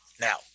Now